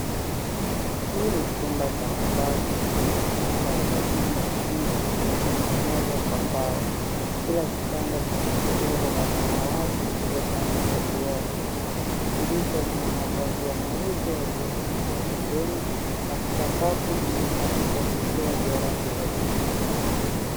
Huu ni chumba cha malazi chenye vitanda vya juu lakini vilivyotengenezwa kwa mbao ,kila kitanda kina godoro la samawati lililotandikwa juu yake dirisha lina mapazia meupe yaliyofutwa pembeni na sakafu imetandikwa vya rangi vya kijivu.